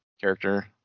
character